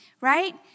Right